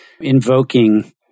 invoking